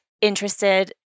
interested